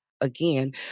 again